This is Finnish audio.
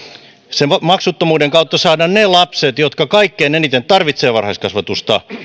sen maksuttomuuden kautta saadaan ne lapset jotka kaikkein eniten tarvitsevat varhaiskasvatusta ja